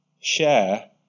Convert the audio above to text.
share